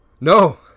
No